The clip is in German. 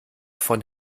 von